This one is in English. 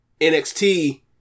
NXT